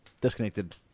disconnected